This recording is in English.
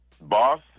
Boss